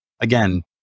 again